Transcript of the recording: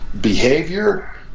behavior